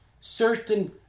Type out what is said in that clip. certain